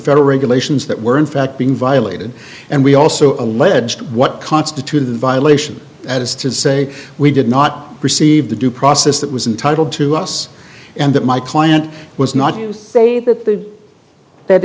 federal regulations that were in fact being violated and we also allege what constituted violation that is to say we did not receive the due process that was entitle to us and that my client was not you say that th